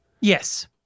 Yes